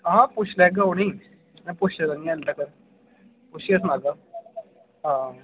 आहो पुच्छी लैगे उनेंगी मैं पुच्छेआ नि अजें तगर पुच्छियै सनाह्गा